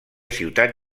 ciutat